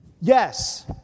Yes